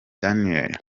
daniel